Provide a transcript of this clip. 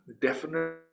definite